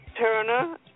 Turner